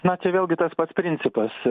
na čia vėlgi tas pats principas